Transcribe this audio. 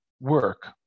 work